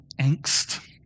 angst